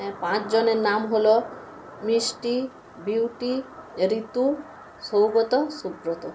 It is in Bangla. হ্যাঁ পাঁচজনের নাম হল মিষ্টি বিউটি ঋতু সৌগত সুব্রত